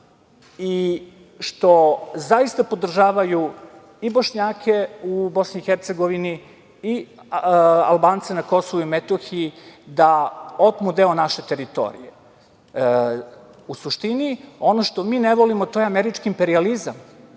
i što zaista podržavaju i Bošnjake u BiH, i Albance na Kosovu i Metohiji da otmu deo naše teritorije.U suštini ono što mi ne volimo to je američki imperijalizam